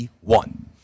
one